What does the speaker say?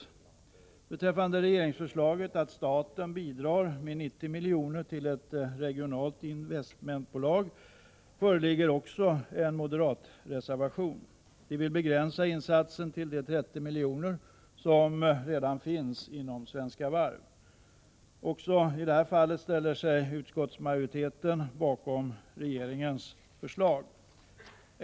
Också beträffande regeringsförslaget att staten skall bidra med 90 milj.kr. till ett regionalt investmentbolag föreligger en moderatreservation. Moderaterna vill begränsa insatsen till de 30 milj.kr. som redan finns inom Svenska Varv. Även i detta fall ställer sig utskottsmajoriteten bakom regeringens förslag.